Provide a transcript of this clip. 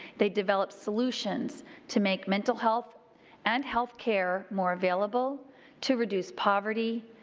they develop solutions to make mental health and health care more available to reduce poverty,